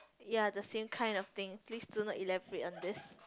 ya the same kind of thing please do not elaborate on this